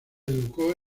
educó